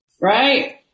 right